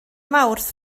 mawrth